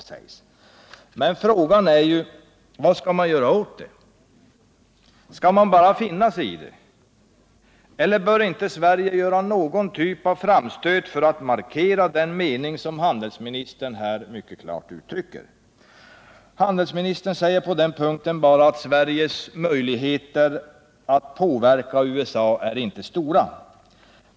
Men frågan är ju: Vad skall man göra åt det? Skall man bara finna sig i det? Bör inte Sverige göra någon typ av framstöt för att markera den mening som handelsministern här mycket klart uttrycker? Handelsministern säger på den punkten bara att Sveriges möjligheter att påverka USA inte är stora.